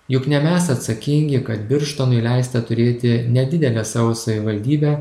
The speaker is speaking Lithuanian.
juk ne mes atsakingi kad birštonui leista turėti nedidelę savo savivaldybę